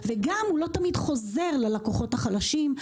וגם הוא לא תמיד חוזר ללקוחות החלשים,